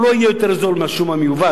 הוא לא יהיה יותר זול מהשום המיובא,